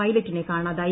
പൈലറ്റിനെ കാണാതായി